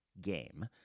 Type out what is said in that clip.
game